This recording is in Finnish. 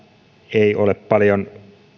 ei ole paljon